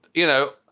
you know,